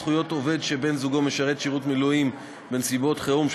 זכויות עובד שבן-זוגו משרת שירות מילואים בנסיבות חירום),